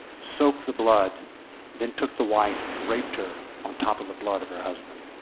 soaked the blood then took the wife and raped her on top of the blood of her husband.